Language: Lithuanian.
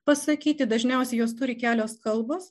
pasakyti dažniausiai juos turi kelios kalbos